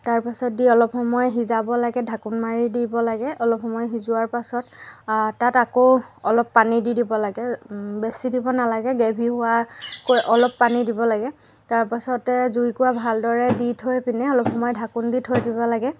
তাৰ পাছত দি অলপ সময় সিজাব লাগে ঢাকোন মাৰি দিব লাগে অলপ সময় সিজোৱাৰ পাছত তাত আকৌ অলপ পানী দি দিব লাগে বেছি দিব নালাগে গ্ৰেভি হোৱাকৈ কৈ অলপ পানী দিব লাগে তাৰ পাছতে জুইকুৰা ভালদৰে দি থৈ পিনে অলপ সময় ঢাকোন দি থৈ দিব লাগে